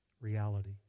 reality